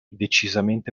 decisamente